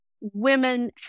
women